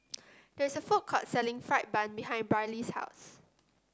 there is a food court selling fried bun behind Brylee's house